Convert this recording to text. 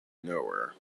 nowhere